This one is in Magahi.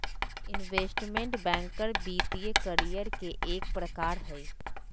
इन्वेस्टमेंट बैंकर वित्तीय करियर के एक प्रकार हय